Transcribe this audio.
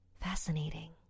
Fascinating